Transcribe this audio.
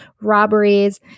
robberies